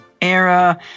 era